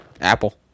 apple